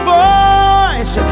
voice